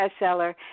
bestseller